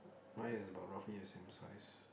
mine is about roughly a same size